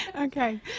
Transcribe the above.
Okay